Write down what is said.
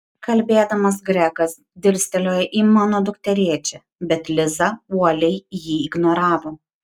kalbėdamas gregas dirstelėjo į mano dukterėčią bet liza uoliai jį ignoravo